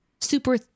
Super